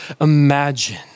imagine